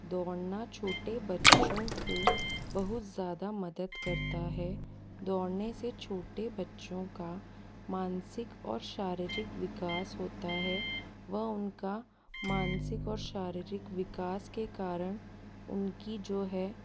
दौड़ना छोटे बच्चों को बहुत ज़्यादा मदद करता है दौड़ने से छोटे बच्चों का मानसिक और शारीरिक विकास होता है व उनका मानसिक और शारीरिक विकास के कारण उनकी जो है